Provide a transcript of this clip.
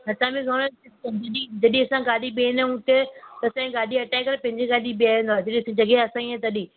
असांमें जॾहिं जॾहिं असां गाॾी बीहंदा आहियूं उते त असांजे गाॾी हटाए करे पंहिंजी गाॾी बीहारींदो आहे जॾहिं जॻहि असांजी आहे तॾहिं